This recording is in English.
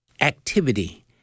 activity